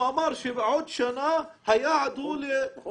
הוא אמר שבעוד שנה היעד הוא ---.